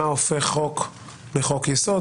מה הופך חוק לחוק יסוד,